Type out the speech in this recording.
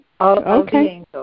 Okay